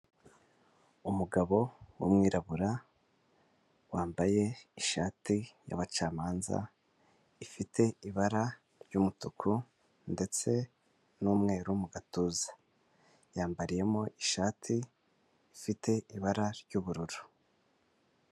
Umugabo, w'umwirabura. Wambaye ishati y'abacamanza, ifite ibara ry'umutuku, ndetse n'mweru mu gatuza. Yambariyemo ishati, ifite ibara ry'ubururu.